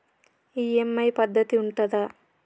EMI పద్ధతి ఉంటదా?